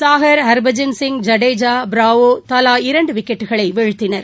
சாஹர் ஹர்பஜன்சிங் ஜடேஜா ப்ராவோதலா இரண்டுவிக்கெட்களைவீழ்த்தினர்